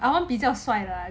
I want 比较帅的